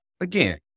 again